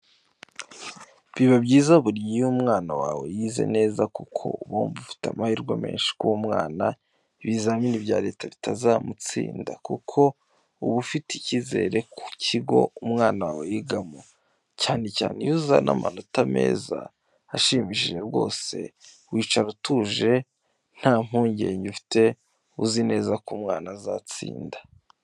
Biba byiza buri gihe iyo umwana wawe yize neza kuko uba wumva ufite amahirwe menshi ko uwo mwana ibizamini bya Leta bitamutsinda kuko uba ufitiye icyizere ku kigo umwana wawe yigamo, cyane cyane iyo azana amanota meza ashimishije rwose, wicara utuje nta mpungenge ufite uzi neza ko umwana zatsinda.